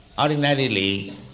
ordinarily